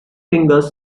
fingers